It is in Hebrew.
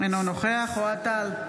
אינו נוכח אוהד טל,